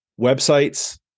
websites